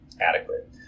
adequate